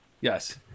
Yes